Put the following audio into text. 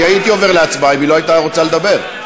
אני הייתי עובר להצבעה אם היא לא הייתה רוצה לדבר.